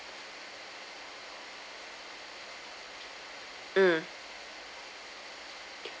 mm